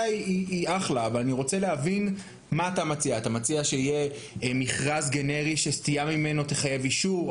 אתה מציע שיהיה מכרז גנרי שסטייה ממנו תחייב אישור?